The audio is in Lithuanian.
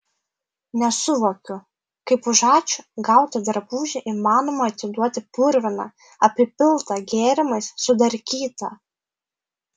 nesuvokiu kaip už ačiū gautą drabužį įmanoma atiduoti purviną apipiltą gėrimais sudarkytą